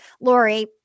Lori